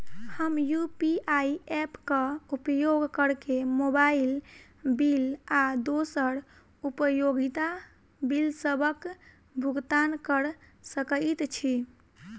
हम UPI app क उपयोग करके मोबाइल बिल आ दोसर उपयोगिता बिलसबक भुगतान कर सकइत छि